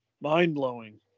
mind-blowing